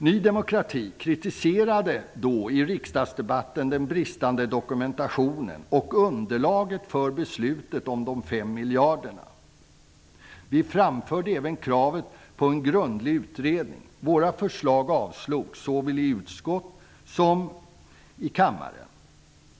Ny demokrati kritiserade då i riksdagsdebatten den bristande dokumentationen och underlaget för beslutet om de 5 miljarderna. Vi framförde även krav på en grundlig utredning. Våra förslag avstyrktes respektive avslogs av utskott och kammare.